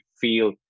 feel